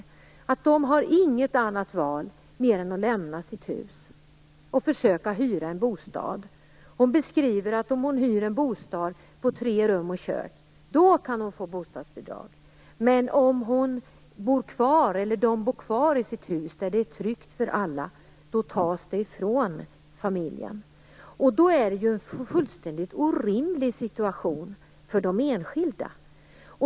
Hon skriver att de inte har något annat val än att lämna sitt hus och försöka hyra en bostad. Hon beskriver att hon kan få bostadsbidrag om hon hyr en bostad på tre rum och kök. Men om de bor kvar i sitt hus, där det är tryggt för alla, tas det ifrån familjen. Det är en fullständigt orimlig situation för de enskilda.